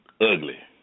ugly